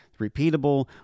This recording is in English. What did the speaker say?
repeatable